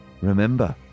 Remember